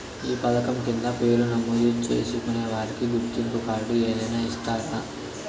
ఈ పథకం కింద పేరు నమోదు చేసుకున్న వారికి గుర్తింపు కార్డు ఏదైనా ఇస్తారా?